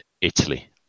Italy